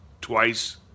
twice